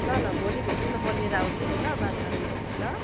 ल ल भोलि भेटौँ न म लिएर आउँछु नि बात मारौँ भोलि ल